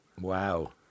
Wow